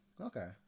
okay